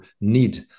need